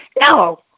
No